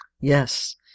Yes